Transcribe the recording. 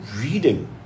reading